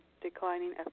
declining